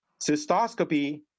Cystoscopy